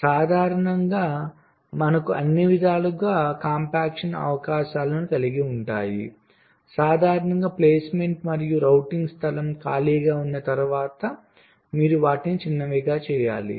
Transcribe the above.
సాధారణంగా మనకు దాదాపు అన్ని విధాలుగా కాంప్లెక్షన్ అవకాశాలను కలిగి ఉంటాయి సాధారణంగా ప్లేస్మెంట్ మరియు రౌటింగ్ స్థలం ఖాళీగా ఉన్న తర్వాత మీరు వాటిని చిన్నవి చేయాలి